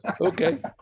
Okay